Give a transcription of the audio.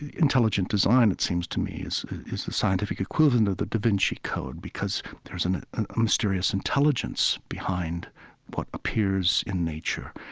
intelligent design, it seems to me, is is the scientific equivalent of the da vinci code because there's a mysterious intelligence behind what appears in nature,